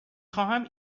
خواهم